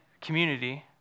community